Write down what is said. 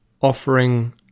Offering